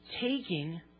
taking